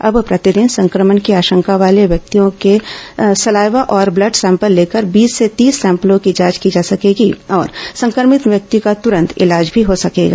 अब प्रतिदिन संक्रमण की आशंका वाले व्यक्तियों के सलाइवा और ब्लड सैंपल लेकर बीस से तीस सैंपलों की जांच की जा सकेगी और संक्रमित व्यक्ति का तुरंत इलाज भी हो सकेगा